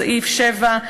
בסעיף 7,